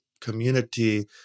community